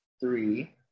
three